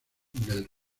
del